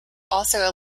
also